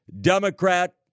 Democrat